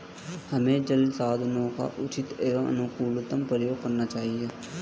हमें जल संसाधनों का उचित एवं अनुकूलतम प्रयोग करना चाहिए